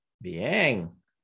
Bien